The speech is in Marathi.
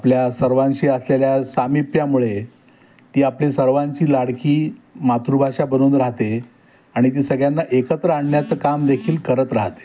आपल्या सर्वांशी असलेल्या सामिप्यामुळे ती आपली सर्वांची लाडकी मातृभाषा बनून राहते आणि ती सगळ्यांना एकत्र आणण्याचं कामदेखील करत राहते